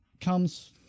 comes